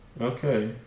Okay